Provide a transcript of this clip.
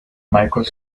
michael